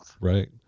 Right